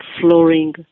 flooring